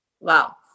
Wow